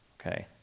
Okay